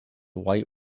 white